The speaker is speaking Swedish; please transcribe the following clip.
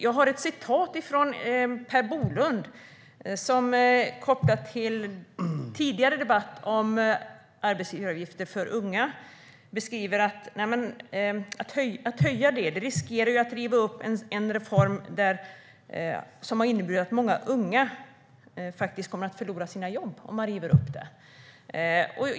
Jag har ett citat av Per Bolund som är kopplat till en tidigare debatt om arbetsgivaravgifter för unga. Han sa: Att höja arbetsgivaravgifterna för unga riskerar ju att riva upp en reform, och det kommer att innebära att många unga förlorar sina jobb.